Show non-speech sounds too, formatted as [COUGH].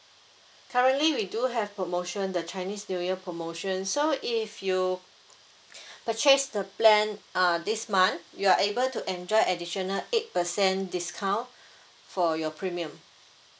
currently we do have promotion the chinese new year promotion so if you [NOISE] purchase the plan uh this month you are able to enjoy additional eight percent discount for your premium